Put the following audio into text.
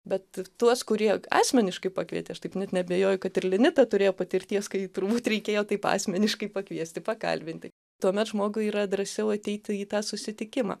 bet tuos kurie asmeniškai pakvietė aš taip net neabejoju kad ir linita turėjo patirties kai turbūt reikėjo taip asmeniškai pakviesti pakalbinti tuomet žmogui yra drąsiau ateiti į tą susitikimą